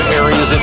areas